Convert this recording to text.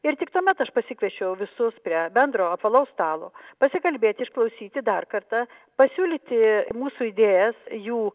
ir tik tuomet aš pasikviečiau visus prie bendro apvalaus stalo pasikalbėti išklausyti dar kartą pasiūlyti mūsų idėjas jų